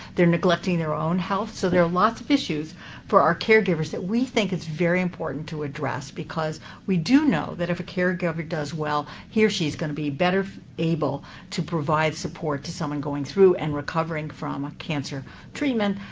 they're neglecting their own health. so there are lots of issues for our caregivers that we think it's very important to address because we do know that if a caregiver does well, he or she's going to be better able to provide support to someone going through and recovering from cancer treatment,